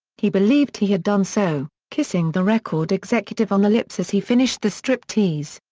he believed he had done so, kissing the record executive on the lips as he finished the striptease.